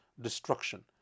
destruction